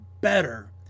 better